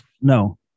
No